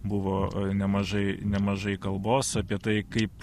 buvo nemažai nemažai kalbos apie tai kaip